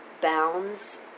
bounds